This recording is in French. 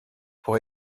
pour